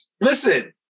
listen